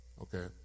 Okay